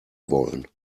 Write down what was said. wollen